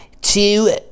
Two